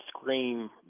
scream